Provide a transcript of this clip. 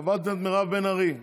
חברת הכנסת מירב בן ארי.